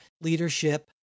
leadership